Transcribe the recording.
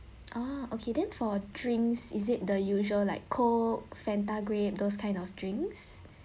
ah okay then for drinks is it the usual like coke fanta grape those kind of drinks